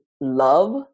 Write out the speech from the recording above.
love